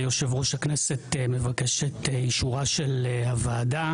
יושב-ראש הכנסת מבקש את אישורה של הוועדה